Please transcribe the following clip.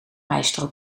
maestro